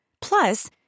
Plus